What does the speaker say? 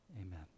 Amen